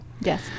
Yes